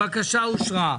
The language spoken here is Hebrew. הצבעה הבקשה אושרה.